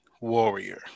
warrior